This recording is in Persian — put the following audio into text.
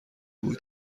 بود